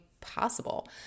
possible